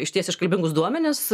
išties iškalbingus duomenis